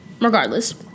Regardless